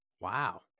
Wow